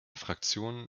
fraktion